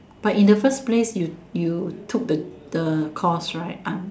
but in the first place you you you took the course right